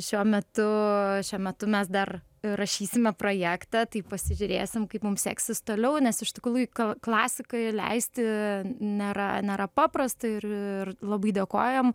šiuo metu šiuo metu mes dar rašysime projektą tai pasižiūrėsim kaip mums seksis toliau nes iš tikrųjų klasikai leisti nėra nėra paprasta ir ir labai dėkojam